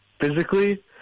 physically